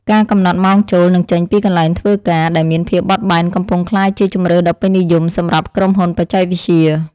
ការកំណត់ម៉ោងចូល និងចេញពីកន្លែងធ្វើការដែលមានភាពបត់បែនកំពុងក្លាយជាជម្រើសដ៏ពេញនិយមសម្រាប់ក្រុមហ៊ុនបច្ចេកវិទ្យា។